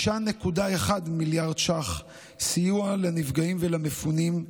6.1 מיליארד ש"ח סיוע לנפגעים ולמפונים,